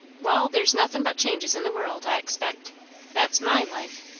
wall, there's nothin' but changes in the world, i expect that's my life.